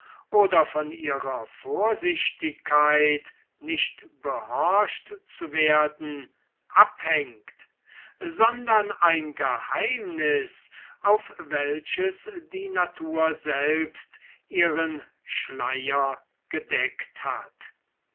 oder von ihrer vorsichtigkeit nicht behorcht zu werden abhängt sondern ein geheimnis auf welches die natur selbst ihren schieier gedeckt hat